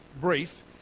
brief